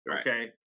Okay